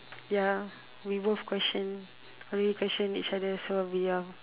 ya we both questioned I mean question each other so we are